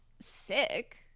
sick